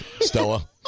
Stella